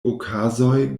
okazoj